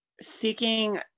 seeking